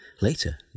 Later